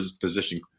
position